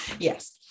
Yes